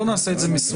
בואו נעשה את זה מסודר.